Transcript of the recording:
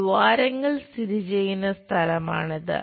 ദ്വാരങ്ങൾ സ്ഥിതിചെയ്യുന്ന സ്ഥലമാണിത്